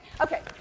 Okay